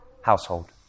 household